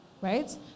right